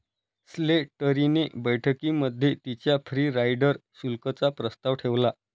Slattery ने बैठकीमध्ये तिच्या फ्री राईडर शुल्क चा प्रस्ताव ठेवला